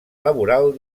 laboral